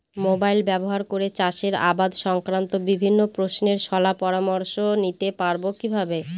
Mobile ব্যাবহার করে চাষের আবাদ সংক্রান্ত বিভিন্ন প্রশ্নের শলা পরামর্শ নিতে পারবো কিভাবে?